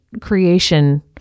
creation –